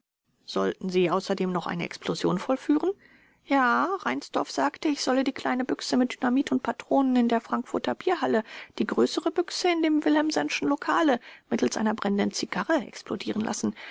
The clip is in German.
sollten sie außerdem noch eine explosion vollführen b ja reinsdorf sagte ich solle die kleine büchse mit dynamit und patronen in der frankfurter bierhalle die größere büchse in dem willemsenschen lokale mittels einer brennenden zigarre explodieren lassen